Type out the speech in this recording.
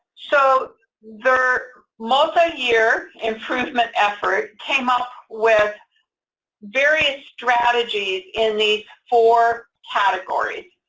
so their multi-year improvement effort came up with various strategies in these four categories.